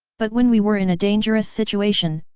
but when we were in a dangerous situation,